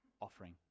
offering